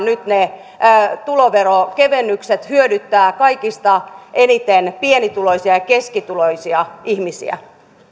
nyt ne tuloveron kevennykset hyödyttävät kaikista eniten nimenomaan pienituloisia ja keskituloisia ihmisiä